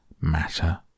matter